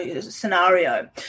scenario